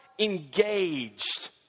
engaged